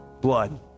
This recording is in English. blood